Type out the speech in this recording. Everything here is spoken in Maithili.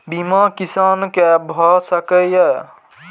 बीमा किसान कै भ सके ये?